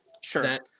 Sure